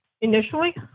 initially